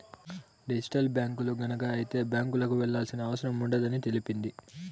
digital బ్యాంకులు గనక వత్తే బ్యాంకులకు వెళ్లాల్సిన అవసరం ఉండదని తెలిపింది